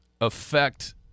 affect